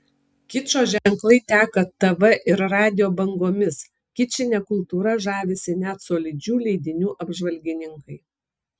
kičo ženklai teka tv ir radijo bangomis kičine kultūra žavisi net solidžių leidinių apžvalgininkai